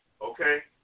Okay